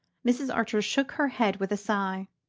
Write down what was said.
mrs. archer shook her head with a sigh.